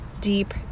deep